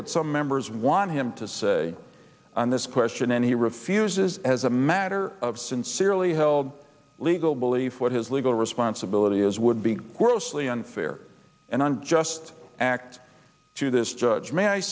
what some members want him to say on this question and he refuses as a matter of sincerely held legal belief what his legal responsibility is would be grossly unfair and unjust act to this judge may i